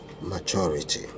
maturity